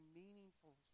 meaningful